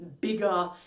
bigger